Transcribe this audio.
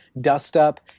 dust-up